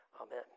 amen